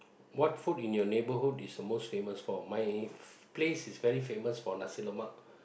what food in your neighbourhood is the most famous for my place is very famous for nasi-lemak